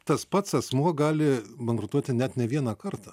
tas pats asmuo gali bankrutuoti net ne vieną kartą